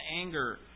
anger